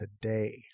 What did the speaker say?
today